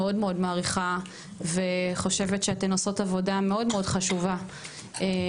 מאוד מאוד מעריכה וחושבת שאתן עושות עבודה מאוד מאוד חשובה בחברה.